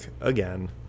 again